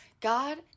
God